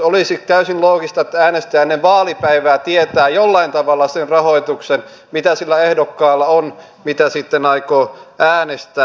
olisi täysin loogista että äänestäjä ennen vaalipäivää tietäisi jollain tavalla sen rahoituksen mitä on sillä ehdokkaalla jota sitten aikoo äänestää